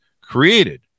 Created